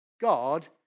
God